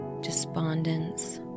despondence